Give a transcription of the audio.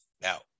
Now